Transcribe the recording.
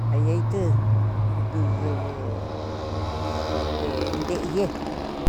Kayeitü ndüvu este ende'eye.